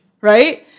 right